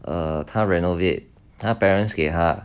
uh 他 renovate 他 parents 给他